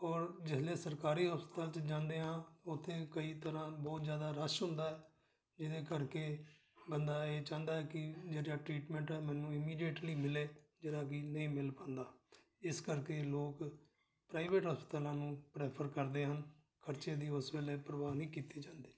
ਔਰ ਜਿਸ ਲਈ ਸਰਕਾਰੀ ਹਸਪਤਾਲ 'ਚ ਜਾਂਦੇ ਹਾਂ ਉੱਥੇ ਕਈ ਤਰ੍ਹਾਂ ਬਹੁਤ ਜ਼ਿਆਦਾ ਰਸ਼ ਹੁੰਦਾ ਜਿਹਦੇ ਕਰਕੇ ਬੰਦਾ ਇਹ ਚਾਹੁੰਦਾ ਕਿ ਜਿਹੜਾ ਟ੍ਰੀਟਮੈਂਟ ਹੈ ਮੈਨੂੰ ਇਮੀਡੀਏਟਲੀ ਮਿਲੇ ਜਿਹੜਾ ਕਿ ਨਹੀਂ ਮਿਲ ਪਾਉਂਦਾ ਇਸ ਕਰਕੇ ਲੋਕ ਪ੍ਰਾਈਵੇਟ ਹਸਪਤਾਲਾਂ ਨੂੰ ਪ੍ਰੈਫਰ ਕਰਦੇ ਹਨ ਖਰਚੇ ਦੀ ਉਸ ਵੇਲੇ ਪ੍ਰਵਾਹ ਨਹੀਂ ਕੀਤੀ ਜਾਂਦੀ